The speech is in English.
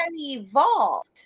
evolved